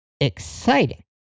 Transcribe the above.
exciting